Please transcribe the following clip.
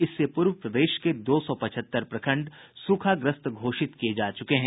इससे पूर्व प्रदेश के दो सौ पचहत्तर प्रखंड सूखाग्रस्त घोषित किये जा चुके हैं